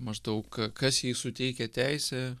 maždaug kas jai suteikė teisę